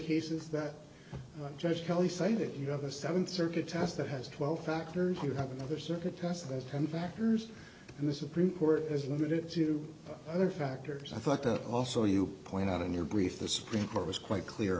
cases that just kelly say that you have a seventh circuit test that has twelve factors you have another circuit test and factors in the supreme court as limited to other factors i thought that also you point out in your brief the supreme court was quite clear